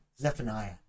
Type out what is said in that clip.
Zephaniah